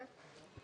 כן.